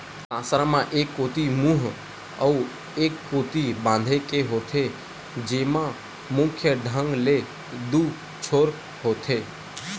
कांसरा म एक कोती मुहूँ अउ ए कोती बांधे के होथे, जेमा मुख्य ढंग ले दू छोर होथे